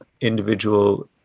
individual